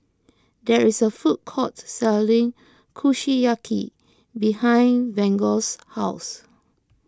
there is a food court selling Kushiyaki behind Vaughn's house